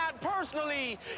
personally